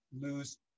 lose